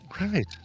Right